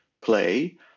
play